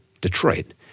Detroit